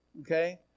Okay